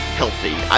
healthy